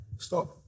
Stop